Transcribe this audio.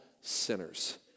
sinners